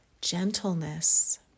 gentleness